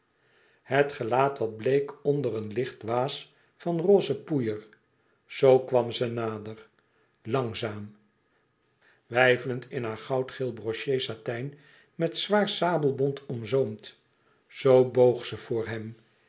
het gelaat wat bleek onder een licht waas van roze poeier zoo kwam ze nader langzaam weifelend in haar goudgeel broché satijn met zwaar sabelbont omzoomd zoo boog ze voor hem